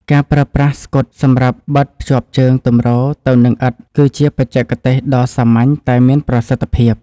ការប្រើប្រាស់ស្កុតសម្រាប់បិទភ្ជាប់ជើងទម្រទៅនឹងឥដ្ឋគឺជាបច្ចេកទេសដ៏សាមញ្ញតែមានប្រសិទ្ធភាព។